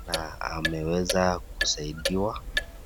na ameweza kusaidiwa.